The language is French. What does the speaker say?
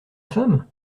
femme